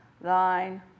thine